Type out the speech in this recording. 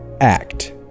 Act